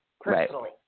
personally